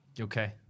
Okay